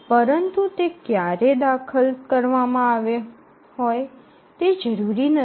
પરંતુ તે ક્યારે દાખલ કરવામાં આવેલ હોય તે જરૂરી નથી